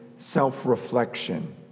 self-reflection